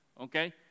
okay